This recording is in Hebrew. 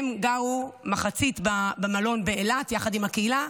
הם גרו מחצית במלון באילת יחד עם הקהילה,